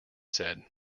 said